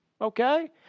okay